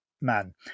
man